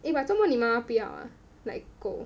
eh but 做么你妈妈不要 ah like 狗